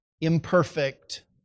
imperfect